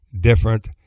different